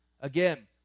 Again